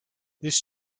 this